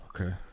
Okay